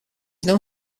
known